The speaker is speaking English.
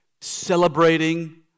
celebrating